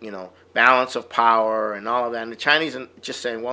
you know balance of power and all of that the chinese and just saying well